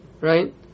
right